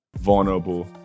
vulnerable